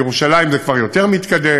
בירושלים זה כבר יותר מתקדם,